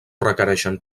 requereixen